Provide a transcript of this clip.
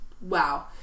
wow